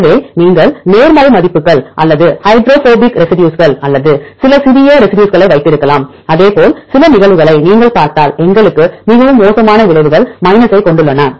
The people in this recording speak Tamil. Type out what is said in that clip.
எனவே நீங்கள் நேர்மறை மதிப்புகள் அல்லது ஹைட்ரோபோபிக் ரெசி டியூஸ்கள் அல்லது சில சிறிய ரெசி டியூஸ்களை வைத்திருக்கலாம் அதேபோல் சில நிகழ்வுகளை நீங்கள் பார்த்தால் எங்களுக்கு மிகவும் மோசமான விளைவுகள் மைனஸைக் கொண்டுள்ளன